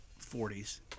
40s